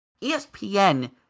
ESPN